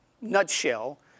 nutshell